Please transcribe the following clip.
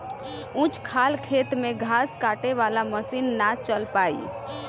ऊंच खाल खेत में घास काटे वाला मशीन ना चल पाई